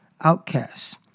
outcasts